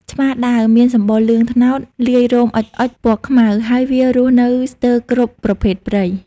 ឆ្មាដាវមានសម្បុរលឿង-ត្នោត លាយរោមអុចៗពណ៌ខ្មៅ ហើយវារស់នៅស្ទើគ្រប់ប្រភេទព្រៃ ។